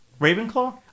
Ravenclaw